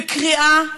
בקריאה,